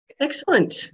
Excellent